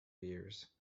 years